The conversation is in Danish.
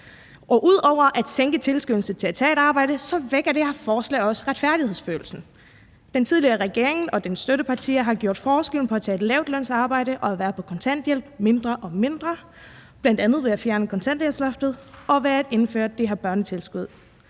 Ud over at mindske tilskyndelsen til at tage et arbejde vækker det her forslag også retfærdighedsfølelsen. Den tidligere regering og dens støttepartier har gjort forskellen på at tage et lavtlønsarbejde og at være på kontanthjælp mindre og mindre, bl.a. ved at fjerne kontanthjælpsloftet og ved at indføre det her børnetilskud.